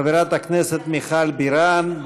חברת הכנסת מיכל בירן,